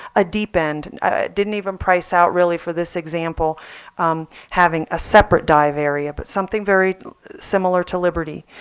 a deep end didn't even price out really for this example having a separate dive area, but something very similar to liberty.